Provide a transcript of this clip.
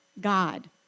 God